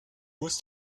muss